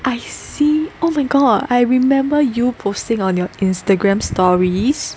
I see oh my god I remember you posting on your Instagram stories